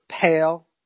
Pale